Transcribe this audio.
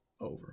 Over